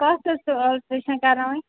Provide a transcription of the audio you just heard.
کَتھ ٲسٕو آلٹرٛیشَن کَرناوٕنۍ